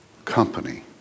company